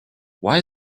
why